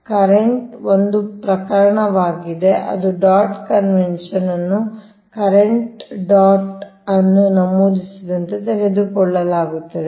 ಆದ್ದರಿಂದ ಕರೆಂಟ್ ಒಂದು ಪ್ರಕರಣವಾಗಿದೆ ಇದು ಡಾಟ್ ಕನ್ವೆನ್ಶನ್ ಅನ್ನು ಕರೆಂಟ್ ಡಾಟ್ ಅನ್ನು ನಮೂದಿಸಿದಂತೆ ತೆಗೆದುಕೊಳ್ಳಲಾಗುತ್ತದೆ